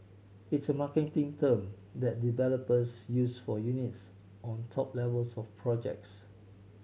it's a marketing term that developers use for units on top levels of projects